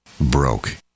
broke